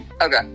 Okay